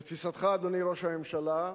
לתפיסתך, אדוני ראש הממשלה,